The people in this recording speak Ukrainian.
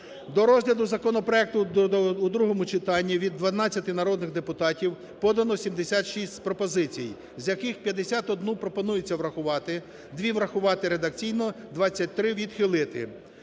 До розгляду законопроекту у другому читанні від 12 народних депутатів подано 76 пропозицій, з яких 51 пропонується врахувати, 2 врахувати редакційно, 23 – відхилити.